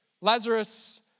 Lazarus